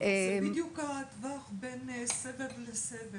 זה בדיוק הטווח בין סבב לסבב.